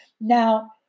Now